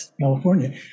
California